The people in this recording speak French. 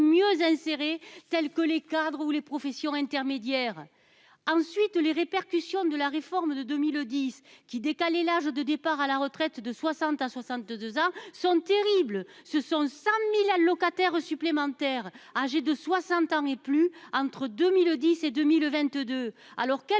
mieux insérés tels que les cadres ou les professions intermédiaires ensuite les répercussions de la réforme de 2010 qui décaler l'âge de départ à la retraite de 60 à 62 ans sont terribles. Ce sont 100.000 allocataires supplémentaires âgé de 60 ans et plus, entre 2010 et 2022. Alors